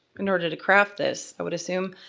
in order to craft this, i would assume.